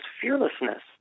fearlessness